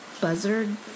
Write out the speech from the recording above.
buzzard